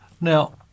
Now